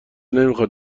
نمیخواد